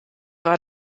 war